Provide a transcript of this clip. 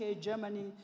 Germany